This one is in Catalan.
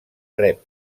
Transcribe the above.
rep